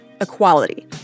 Equality